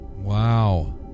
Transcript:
Wow